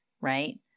right